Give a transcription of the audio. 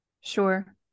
sure